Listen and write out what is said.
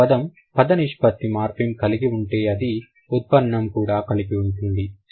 ఒక పదం పద నిష్పత్తి మార్ఫిమ్ కలిగి ఉంటే అది ఉత్పన్నం కూడా కలిగి ఉంటుంది